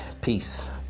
peace